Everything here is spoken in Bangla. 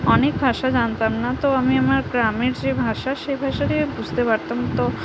অনেক ভাষা জানতাম না তো আমি আমার গ্রামের যে ভাষা সেই ভাষাটাই আমি বুঝতে পারতাম তো